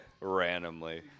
randomly